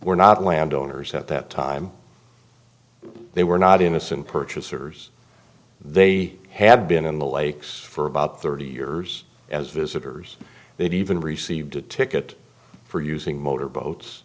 were not landowners at that time they were not innocent purchasers they have been in the lakes for about thirty years as visitors they've even received a ticket for using motor boats